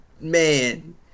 man